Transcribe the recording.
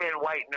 white